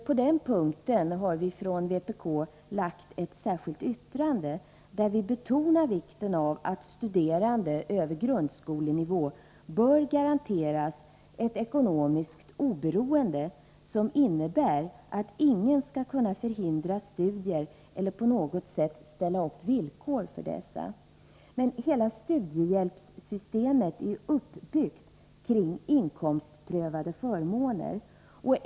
På denna punkt har vi från vpk avgett ett särskilt yttrande, där vi betonar vikten av att studerande över grundskolenivå garanteras ett ekonomiskt oberoende som innebär att ingen skall kunna förhindra studier eller på något sätt ställa upp villkor för dessa. Hela studiehjälpssystemet är uppbyggt kring inkomstprövade förmåner.